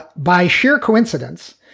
by sheer coincidence,